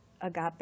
agape